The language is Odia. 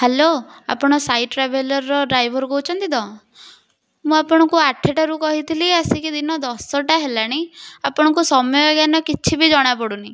ହ୍ୟାଲୋ ଆପଣ ସାଇ ଟ୍ରାଭେଲର୍ର ଡ୍ରାଇଭର୍ କହୁଛନ୍ତି ତ ମୁଁ ଆପଣଙ୍କୁ ଆଠଟାରୁ କହିଥିଲି ଆସିକି ଦିନ ଦଶଟା ହେଲାଣି ଆପଣଙ୍କୁ ସମୟ ଜ୍ଞାନ କିଛି ବି ଜଣାପଡ଼ୁନି